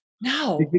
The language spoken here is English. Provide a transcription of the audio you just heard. No